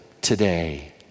today